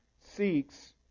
seeks